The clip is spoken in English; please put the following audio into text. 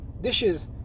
dishes